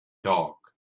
dog